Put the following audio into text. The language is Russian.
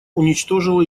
уничтожило